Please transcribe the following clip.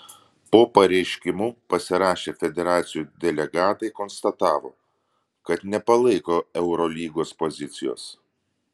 po pareiškimu pasirašę federacijų delegatai konstatavo kad nepalaiko eurolygos pozicijos